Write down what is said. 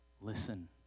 listen